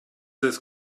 this